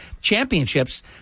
championships